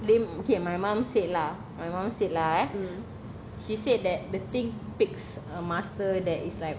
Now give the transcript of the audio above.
lame okay and my mum said lah my mum said lah eh she said that the thing picks a master that is like